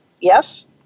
Yes